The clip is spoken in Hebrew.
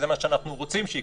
זה מה שאנחנו רוצים שיקרה,